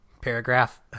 paragraph